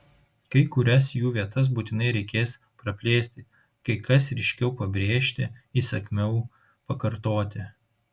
kai kurias jų vietas būtinai reikės praplėsti kai kas ryškiau pabrėžti įsakmiau pakartoti